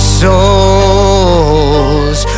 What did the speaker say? souls